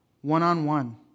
One-on-one